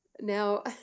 now